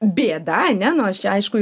bėda ane nu aš aišku